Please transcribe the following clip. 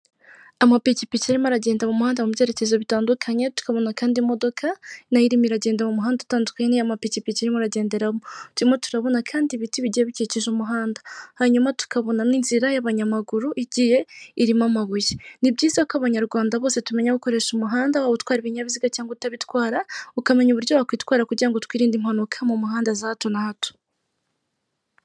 Amapikipiki arimo aragenda mu muhanda mu byerekezo bitandukanye tukabona kandi imodoka na irimo iragenda mu muhanda utandukanye y'amapikipiki urimo uragenderamo turimo, turabona kandi ibiti bigiye bikikije umuhanda, hanyuma tukabona n'inzira y'abanyamaguru igiye irimo amabuye. Ni byiza ko abanyarwanda bose tumenya gukoresha umuhanda, waba utwara ibinyabiziga cyangwa utabitwara, ukamenya uburyo wakwitwara kugira ngo twirinde impanuka mu muhanda za hato na hato.